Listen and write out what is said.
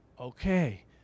okay